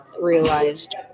realized